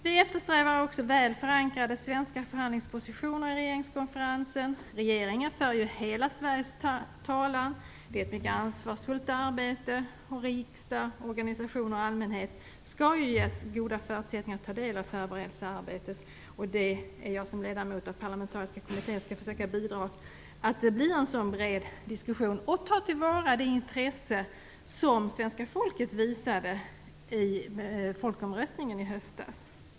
Vi eftersträvar också väl förankrade svenska förhandlingspositioner i regeringskonferensen. Regeringen för ju hela Sveriges talan. Det är ett mycket ansvarsfullt arbete, och riksdag, organisationer och allmänhet skall ju ges goda förutsättningar att ta del av förberedelsearbetet. Som ledamot av parlamentariska kommittén skall jag försöka bidra till att det blir en sådan bred diskussion och ta till vara det intresse som det svenska folket visade i folkomröstningen i höstas.